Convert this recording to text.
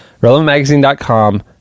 Relevantmagazine.com